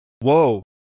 Whoa